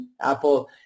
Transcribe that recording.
Apple